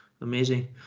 amazing